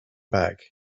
back